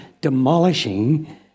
demolishing